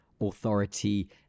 authority